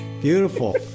beautiful